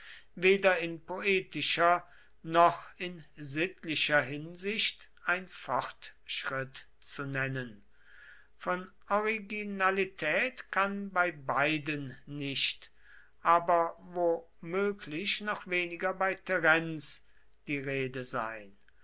weder in poetischer noch in sittlicher hinsicht ein fortschritt zu nennen von originalität kann bei beiden nicht aber wo möglich noch weniger bei terenz die rede sein